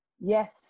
yes